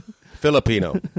Filipino